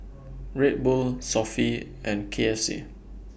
Red Bull Sofy and K F C